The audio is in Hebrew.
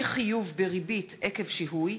(אי-חיוב בריבית עקב שיהוי),